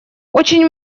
очень